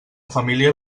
família